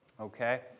Okay